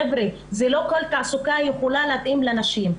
חבר'ה, לא כל תעסוקה יכולה להתאים לנשים.